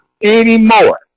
anymore